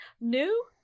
new